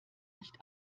nicht